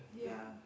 ya